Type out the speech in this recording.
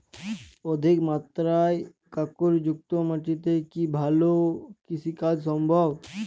অধিকমাত্রায় কাঁকরযুক্ত মাটিতে কি ভালো কৃষিকাজ সম্ভব?